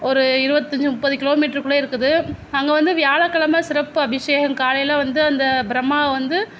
ஒரு இருபத்தஞ்சு முப்பது கிலோமீட்டருக்குள்ளயே இருக்குது அங்கே வந்து வியாழக்கெலம சிறப்பு அபிஷேகம் காலையில் வந்து அந்த ப்ரம்மா வந்து